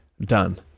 done